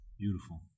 Beautiful